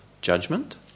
judgment